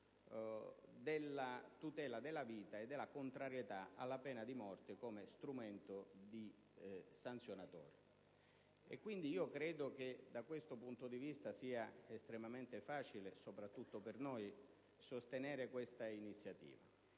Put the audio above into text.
della tutela della vita e della contrarietà alla pena di morte come strumento sanzionatorio. Quindi, credo che da questo punto di vista sia estremamente facile, soprattutto per noi, sostenere questa iniziativa.